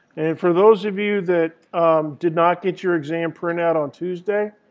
and for those of you that did not get your exam printout on tuesday,